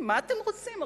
מה אתם רוצים?